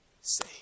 say